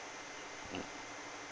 mm